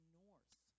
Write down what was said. north